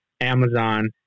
Amazon